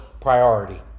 priority